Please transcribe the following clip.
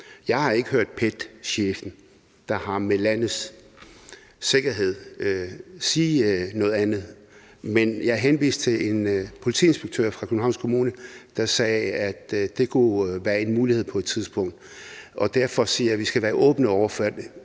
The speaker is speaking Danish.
Jeg har ikke hørt PET's chef, der har med landets indre sikkerhed at gøre, sige noget andet. Men jeg henviste til en politiinspektør fra Københavns Kommune, der sagde, at det kunne være en mulighed på et tidspunkt, og derfor siger jeg, at vi skal være åbne over for det,